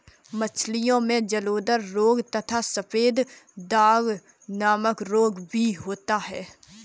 मछलियों में जलोदर रोग तथा सफेद दाग नामक रोग भी होता है